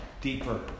deeper